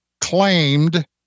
claimed